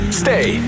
stay